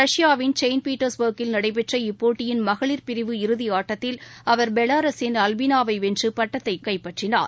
ரஷ்யாவின் செயின்ட் பீட்டர்ஸ் பர்க்கில் நடைபெற்ற இப்போட்டியின் மகளிர் பிரிவு இறுதியாட்டத்தில் அவர் பெலாரஸின் அல்பினாவைவென்றுபட்டத்தைகைப்பற்றினார்